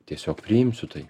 tiesiog priimsiu tai